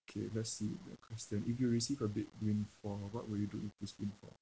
okay let's see the question if you receive a big windfall what would you do with this windfall